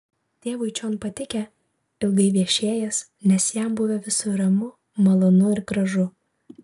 tėvui čion patikę ilgai viešėjęs nes jam buvę visur ramu malonu ir gražu